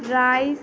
rice